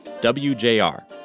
WJR